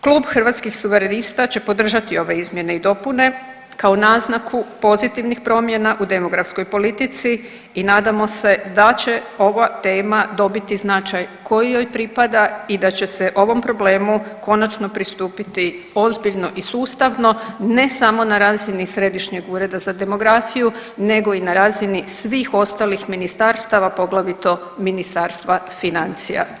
Klub Hrvatskih suverenista će podržati ove izmjene i dopune kao naznaku pozitivnih promjena u demografskoj politici i nadamo se da će ova tema dobiti značaj koji joj pripada i da će ovom problemu konačno pristupiti ozbiljno i sustavno, ne samo na razini Središnjeg ureda za demografiju nego i na razini svih ostalih ministarstava poglavito Ministarstva financija.